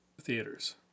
theaters